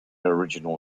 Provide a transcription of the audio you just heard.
original